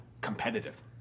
competitive